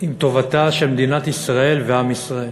עם טובת מדינת ישראל ועם ישראל.